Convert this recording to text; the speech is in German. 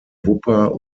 wupper